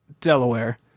Delaware